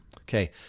Okay